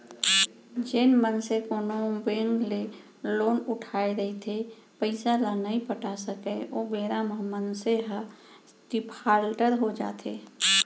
जेन मनसे कोनो बेंक ले लोन उठाय रहिथे पइसा ल नइ पटा सकय ओ बेरा म मनसे ह डिफाल्टर हो जाथे